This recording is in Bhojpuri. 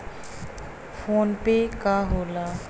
फोनपे का होला?